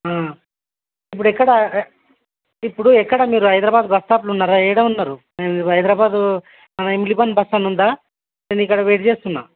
ఇప్పుడు ఎక్కడ ఇప్పుడు ఎక్కడ మీరు హైదరాబాద్ బస్ స్టాప్లో ఉన్నరా ఎక్కడ ఉన్నారు నేను హైదరాబాదు ఇమ్లిబన్ బస్ స్టాండ్ ఉందా నేను ఇక్కడ్ వెయిట్ చేస్తున్నాను